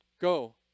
go